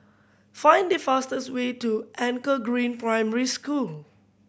find the fastest way to Anchor Green Primary School